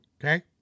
okay